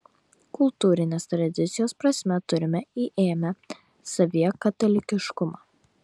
kultūrinės tradicijos prasme turime įėmę savyje katalikiškumą